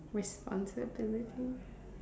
rest uncertainty